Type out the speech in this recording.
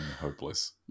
hopeless